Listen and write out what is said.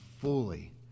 fully